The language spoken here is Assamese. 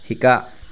শিকা